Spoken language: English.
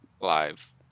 live